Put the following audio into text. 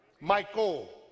Michael